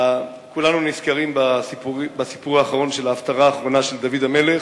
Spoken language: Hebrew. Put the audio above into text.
כולנו נזכרים בסיפור האחרון של ההפטרה האחרונה של דוד המלך,